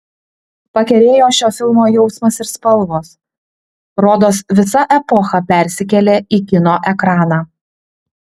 pakerėjo šio filmo jausmas ir spalvos rodos visa epocha persikėlė į kino ekraną